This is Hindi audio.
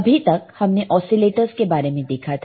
अभी तक हमने ओसीलेटरस के बारे में देखा था